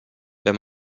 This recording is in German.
wenn